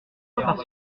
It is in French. par